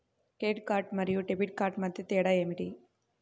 Credit card మరియు debit card మధ్య తేడా ఏమిటి?